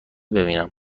ببینم